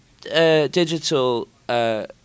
digital